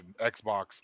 Xbox